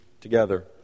together